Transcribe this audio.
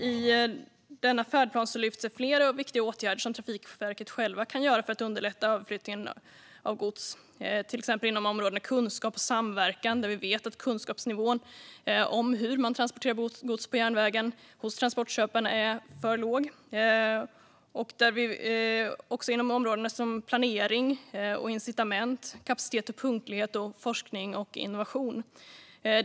I denna färdplan lyfts flera viktiga åtgärder fram som Trafikverket självt kan göra för att underlätta överflyttningen av gods, till exempel inom områdena kunskap och samverkan då vi vet att kunskapsnivån om hur man transporterar gods på järnvägen hos transportköparna är för låg. Också områden som planering och incitament, kapacitet och punktlighet och forskning och innovation lyfts fram.